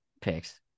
picks